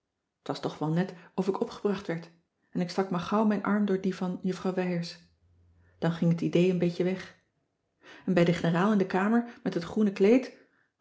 t was toch wel net of ik opgebracht werd en ik stak maar gauw mijn arm door dien van juffrouw wijers dan ging t idee een beetje weg en bij de generaal in de kamer met het groene kleed